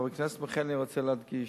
חבר הכנסת מיכאלי, אני רוצה להדגיש: